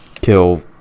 kill